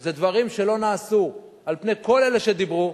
זה דברים שלא נעשו, על פני כל אלה שדיברו,